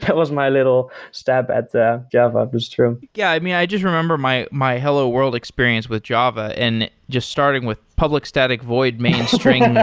was my little stab at the java boost room yeah. i mean, i just remember my my hello world experience with java and just starting with public static void main string